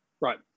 Right